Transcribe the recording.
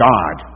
God